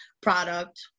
product